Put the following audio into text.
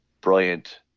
brilliant